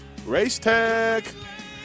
Racetech